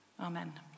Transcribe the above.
Amen